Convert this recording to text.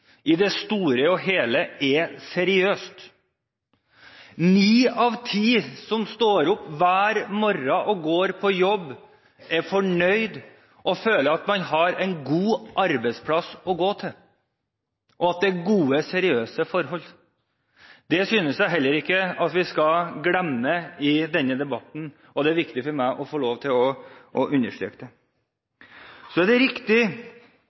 i fremtiden. La meg få understreke at norsk arbeidsliv i det store og hele er seriøst. Ni av ti som står opp hver morgen og går på jobb, er fornøyd. De føler at de har en god arbeidsplass å gå til, og at det er gode, seriøse forhold. Det synes jeg heller ikke at vi skal glemme i denne debatten. Det er viktig for meg å understreke det. Det er riktig at EØS-utvidelsen har ført til